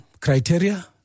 criteria